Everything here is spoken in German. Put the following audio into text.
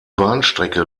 bahnstrecke